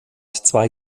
zwei